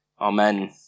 Amen